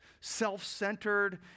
self-centered